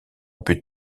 but